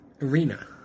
arena